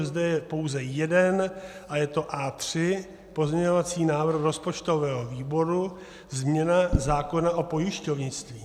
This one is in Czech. Zde je pouze jeden a je to A3, pozměňovací návrh rozpočtového výboru, změna zákona o pojišťovnictví.